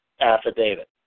affidavit